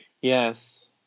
Yes